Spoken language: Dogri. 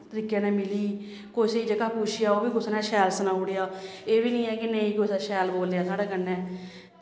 तरीके नै मिली कुसै गी जेह्का पुच्छेआ ओह् बी कुसै ने शैल सनाउड़ेआ एह् बी नी ऐ कि नेईं कुसै शैल बोलेआ साढ़े कन्नै